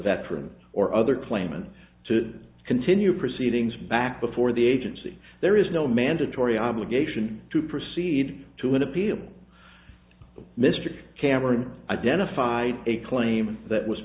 veteran or other claimant to continue proceedings back before the agency there is no mandatory obligation to proceed to an appeal mr cameron identified a claim that was